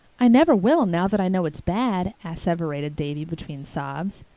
i never will, now that i know it's bad, asseverated davy between sobs.